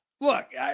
look